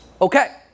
Okay